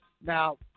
Now